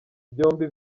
byombi